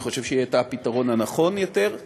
אני חושב שהיא הייתה הפתרון הנכון יותר.